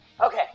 okay